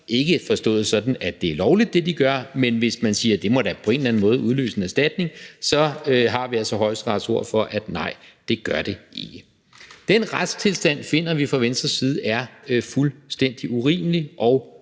ikke forstået sådan, at det, de gør, er lovligt, men hvis man tror, at det da på en eller anden måde må udløse en erstatning, så har vi altså Højesterets ord for, at nej, det gør det ikke. Den retstilstand finder vi fra Venstres side er fuldstændig urimelig og